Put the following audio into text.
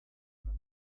alta